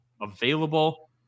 available